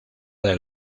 del